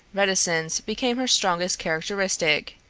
reticence became her strongest characteristic.